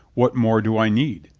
what more do i need?